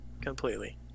Completely